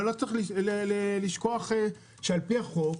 אבל לא צריך לשכוח, שלפי החוק,